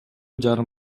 жарым